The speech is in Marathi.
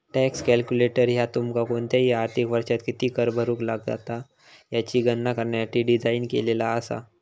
टॅक्स कॅल्क्युलेटर ह्या तुमका कोणताही आर्थिक वर्षात किती कर भरुक लागात याची गणना करण्यासाठी डिझाइन केलेला असा